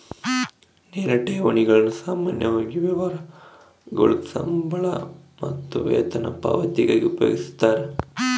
ನೇರ ಠೇವಣಿಗಳನ್ನು ಸಾಮಾನ್ಯವಾಗಿ ವ್ಯವಹಾರಗುಳಾಗ ಸಂಬಳ ಮತ್ತು ವೇತನ ಪಾವತಿಗಾಗಿ ಉಪಯೋಗಿಸ್ತರ